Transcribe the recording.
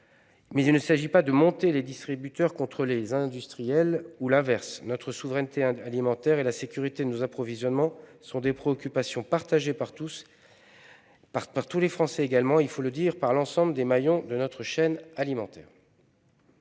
mais il ne s'agit pas de monter les distributeurs contre les industriels, ou l'inverse. Notre souveraineté alimentaire et la sécurité de nos approvisionnements sont des préoccupations partagées par tous les Français et, il faut le dire, par l'ensemble des maillons de notre chaîne alimentaire.